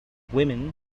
women